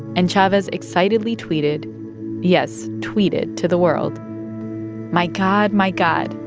and chavez excitedly tweeted yes, tweeted to the world my god, my god,